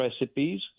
recipes